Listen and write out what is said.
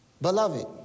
Beloved